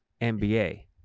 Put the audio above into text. NBA